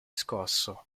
scosso